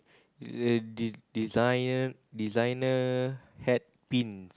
eh de~ designer designer hat pins